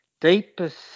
deepest